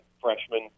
freshman